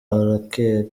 areke